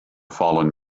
fallen